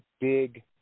big